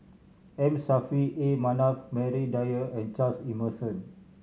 M Saffri A Manaf Maria Dyer and Charles Emmerson